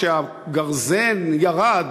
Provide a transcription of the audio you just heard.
כשהגרזן ירד,